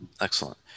Excellent